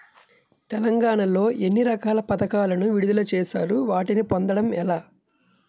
తెలంగాణ లో ఎన్ని రకాల పథకాలను విడుదల చేశారు? వాటిని పొందడం ఎలా?